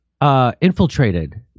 infiltrated